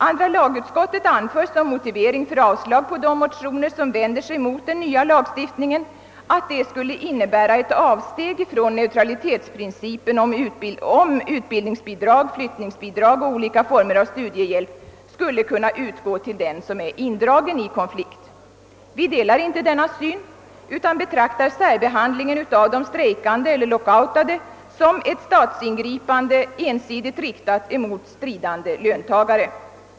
Andra lagutskottet anför som motivering för avstyrkande av de motioner som vänder sig mot den nya lagstiftningen att det skulle innebära ett avsteg från neutralitetsprincipen, om utbildningsbidrag, flyttningsbidrag och olika former av studiehjälp »skulle kunna utgå till den som är indragen i konflikt». Vi delar inte denna syn utan betraktar särbehandlingen av de strejkande eller lockoutade som ett statsingripande ensidigt riktat mot stridande löntagare.